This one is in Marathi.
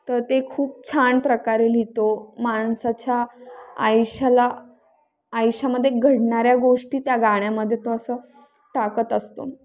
तर ते खूप छान प्रकारे लिहितो माणसाच्या आयुष्याला आयुष्यामध्ये घडणाऱ्या गोष्टी त्या गाण्यामध्ये तो असं टाकत असतो